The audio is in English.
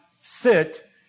sit